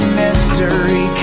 mystery